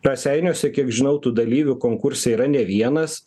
raseiniuose kiek žinau tų dalyvių konkurse yra ne vienas